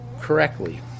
correctly